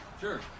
Sure